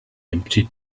empty